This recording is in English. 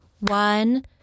one